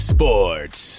Sports